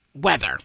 weather